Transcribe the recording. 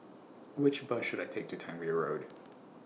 Which Bus should I Take to Tangmere Road